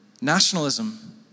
Nationalism